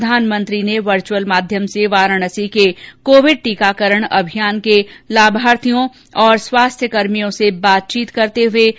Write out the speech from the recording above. प्रधानमंत्री ने वच्र्अल माध्यम से वाराणसी के कोविड टीकाकरण अभियान के लाभार्थियों और स्वास्थ्य कर्मियों से बातचीत के दौरान यह बात कही